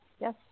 yes